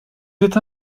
êtes